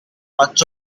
much